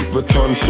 Vuitton